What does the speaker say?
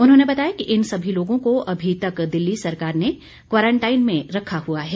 उन्होंने बताया कि इन सभी लोगों को अभी तक दिल्ली सरकार ने क्वारंटाइन में रखा हुआ है